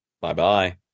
bye-bye